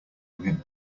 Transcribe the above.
him